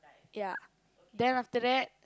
ya then after that